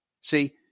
See